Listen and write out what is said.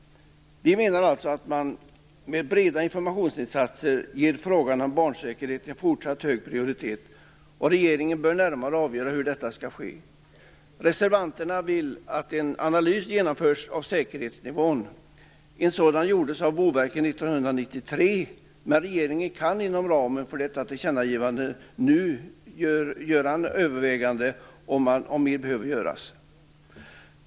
Vi menar alltså att man med breda informationsinsatser ger frågan om barnsäkerhet en fortsatt hög prioritet. Regeringen bör närmare avgöra hur detta skall ske. Reservanterna vill att en analys genomförs av säkerhetsnivån. En sådan gjordes av Boverket 1993, men regeringen kan inom ramen för detta tillkännagivande nu göra överväganden om mer behöver göras.